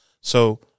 So-